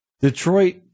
Detroit